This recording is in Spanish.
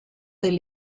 del